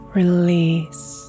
release